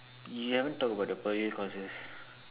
you haven't talk about the Poly courses